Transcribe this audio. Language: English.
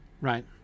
right